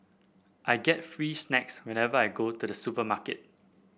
I get free snacks whenever I go to the supermarket